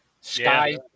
Sky